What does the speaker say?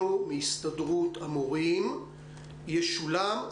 4-10 או כל מיני אפשרויות שבהן אפשר לשלב את זה.